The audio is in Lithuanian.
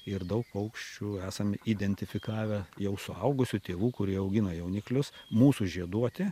ir daug paukščių esam identifikavę jau suaugusių tėvų kurie augina jauniklius mūsų žieduoti